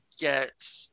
get